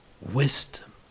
Wisdom